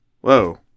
Whoa